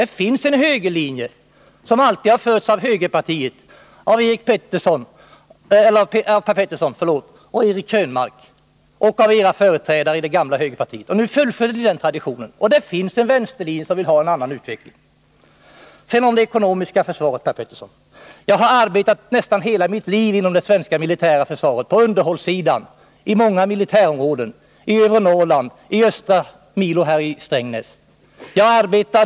Det finns en högerlinje, som alltid har följts av Per Petersson och Eric Krönmark och av era företrädare i det gamla högerpartiet. Ni fullföljer denna tradition. Det finns också en vänsterlinje, som förordar en annan utveckling. Sedan några ord om det ekonomiska försvaret, Per Petersson. Jag har arbetat nästan hela mitt liv på underhållssidan inom det svenska militära försvaret. Jag har arbetat inom många militärområden— i övre Norrland och i östra milo i Strängnäs.